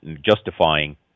justifying